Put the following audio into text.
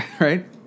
right